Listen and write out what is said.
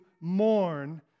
mourn